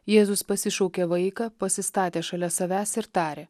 jėzus pasišaukė vaiką pasistatė šalia savęs ir tarė